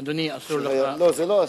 אדוני, אסור לך, לא, זה לא אסור.